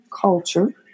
culture